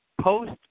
post